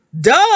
duh